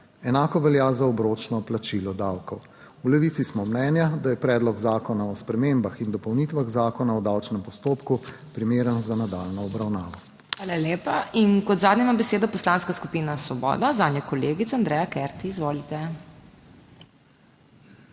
Enako velja za obročno plačilo davkov. V Levici smo mnenja, da je Predlog zakona o spremembah in dopolnitvah Zakona o davčnem postopku primeren za nadaljnjo obravnavo. **PODPREDSEDNICA MAG. MEIRA HOT:** Hvala lepa. In kot zadnja ima besedo Poslanska skupina Svoboda, zanjo kolegica Andreja Kert, izvolite.